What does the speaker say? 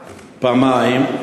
פעמיים.